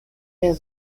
der